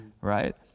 right